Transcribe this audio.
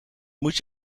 moet